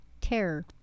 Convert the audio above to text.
terror